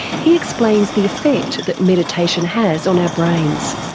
he explains the effect that meditation has on our brains.